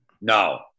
No